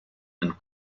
and